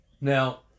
Now